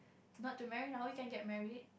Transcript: not to marry now you can get married